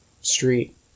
street